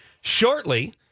shortly